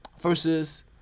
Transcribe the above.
versus